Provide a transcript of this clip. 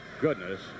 goodness